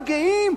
מגיעים,